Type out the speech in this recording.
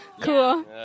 cool